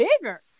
bigger